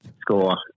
score